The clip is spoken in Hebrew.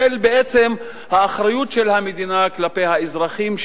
של האחריות של המדינה כלפי האזרחים שלה.